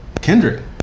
Kendrick